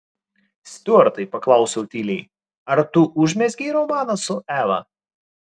stiuartai paklausiau tyliai ar tu užmezgei romaną su eva